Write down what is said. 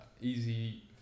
easy